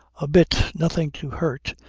a bit. nothing to hurt.